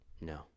No